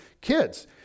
kids